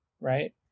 right